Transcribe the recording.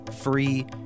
free